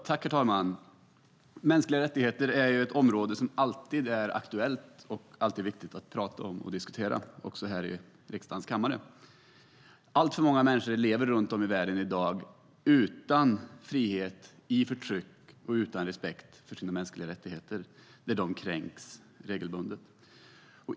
Herr talman! Mänskliga rättigheter är ett område som alltid är aktuellt och alltid viktigt att diskutera också i riksdagens kammare. Alltför många människor lever runt om i världen i dag utan frihet, i förtryck och utan respekt för sina mänskliga rättigheter. De kränks regelbundet.